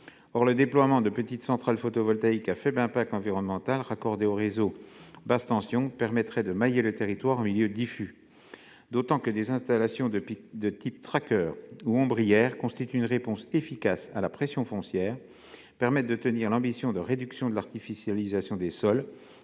Or le déploiement de petites centrales photovoltaïques à faible impact environnemental, raccordées au réseau à basse tension, permettrait de mailler le territoire en milieu diffus Ce déploiement serait d'autant plus facile que des installations de type ou ombrières constituent une réponse efficace à la pression foncière, permettent de tenir l'ambition de réduction de l'artificialisation des sols,